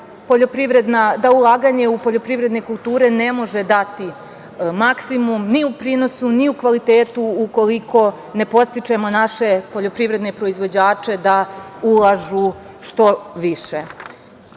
da ulaganje u poljoprivredne kulture ne može dati maksimum, ni u prinosu, ni u kvalitetu ukoliko ne podstičemo naše poljoprivredne proizvođače da ulažu što više.